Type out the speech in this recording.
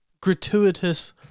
gratuitous